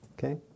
Okay